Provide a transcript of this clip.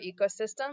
ecosystem